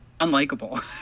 unlikable